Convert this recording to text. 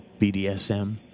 BDSM